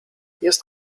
jest